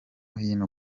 hino